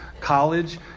college